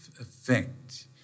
effect